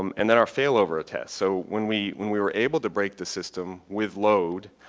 um and then our failover attempt. so when we when we were able to break the system with load,